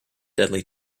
deadly